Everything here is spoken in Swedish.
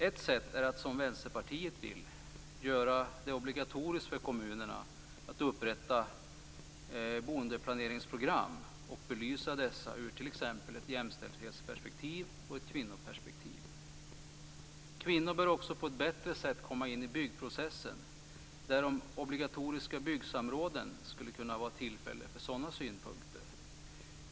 Ett sätt är att, som Vänsterpartiet vill, göra det obligatoriskt för kommunerna att upprätta boendeplaneringsprogram och belysa dessa ur t.ex. ett jämställdhetsperspektiv och ett kvinnoperspektiv. Kvinnor bör också på ett bättre sätt komma in i byggprocessen. De obligatoriska byggsamråden skulle kunna vara ett tillfälle för sådana synpunkter.